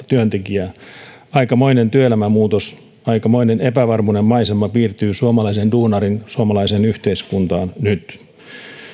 työntekijää aikamoinen työelämämuutos aikamoinen epävarmuuden maisema piirtyy suomalaisen duunarin suomalaiseen yhteiskuntaan nyt